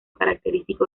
característico